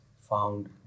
found